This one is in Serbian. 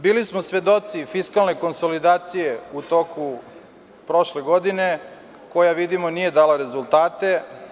Bilo smo svedoci fiskalne konsolidacije u toku prošle godine koja, vidimo, nije dala rezultate.